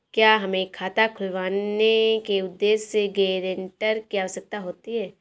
क्या हमें खाता खुलवाने के उद्देश्य से गैरेंटर की आवश्यकता होती है?